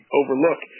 overlook